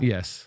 Yes